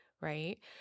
right